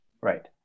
Right